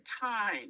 time